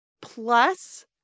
Plus